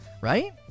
right